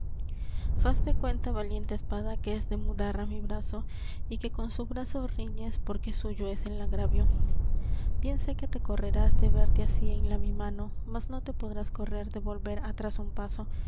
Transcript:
turbado faz cuenta valiente espada que es de mudarra mi brazo y que con su brazo riñes porque suyo es el agravio bien sé que te correrás de verte así en la mi mano mas no te podrás correr de volver atrás un paso